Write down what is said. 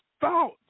thought